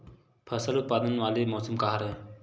फसल उत्पादन वाले मौसम का हरे?